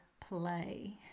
play